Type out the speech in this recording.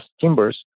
timbers